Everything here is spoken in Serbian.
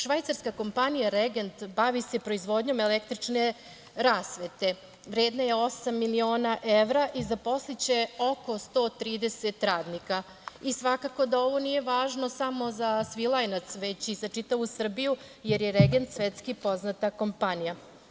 Švajcarska kompanija „Regent“ bavi se proizvodnjom električne rasvete, vredne osam miliona evra i zaposliće oko 130 radnika i svakako da ovo nije važno samo za Svilajnac već i za čitavu Srbiju jer je „Regent“ svetski poznata kompanija.